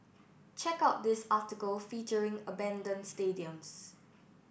check out this article featuring abandon stadiums